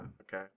Okay